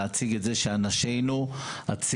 להציג את זה שאנשינו הצעירים,